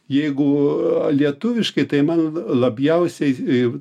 jeigu lietuviškai tai man labiausiai